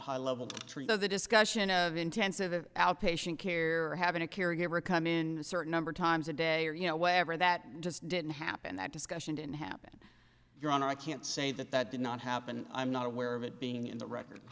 high level to treat the discussion of intensive outpatient care or having a caregiver come in a certain number of times a day or you know wherever that just didn't happen that discussion didn't happen your honor i can't say that that did not happen i'm not aware of it being in the record